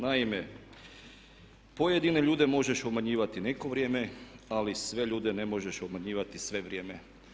Naime, pojedine ljude možeš obmanjivati neko vrijeme, ali sve ljude ne možeš obmanjivati sve vrijeme.